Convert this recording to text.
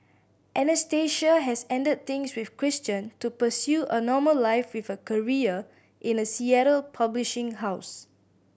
Anastasia has ended things with Christian to pursue a normal life with a career in a Seattle publishing house